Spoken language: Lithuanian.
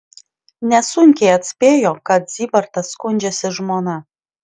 nesunkiai atspėjo kad zybartas skundžiasi žmona